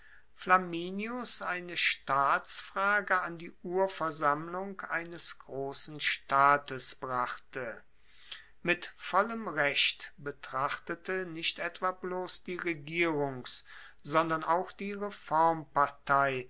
flaminius eine staatsfrage an die urversammlung eines grossen staates brachte mit vollem recht betrachtete nicht etwa bloss die regierungs sondern auch die